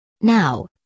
Now